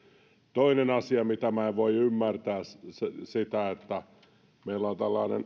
toinen asia mitä minä en voi ymmärtää on se että meillä on